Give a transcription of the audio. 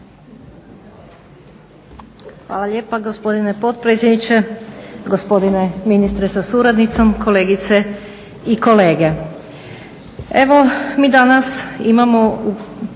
Hvala lijepa gospodine potpredsjedniče. Gospodine ministre sa suradnicom, kolegice i kolege. Evo mi danas imamo